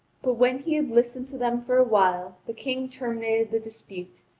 but when he had listened to them for a while, the king terminated the dispute.